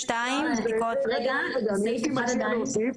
יש לי עוד משהו להוסיף,